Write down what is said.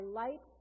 light